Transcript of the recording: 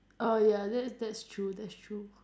oh ya that that's true that's true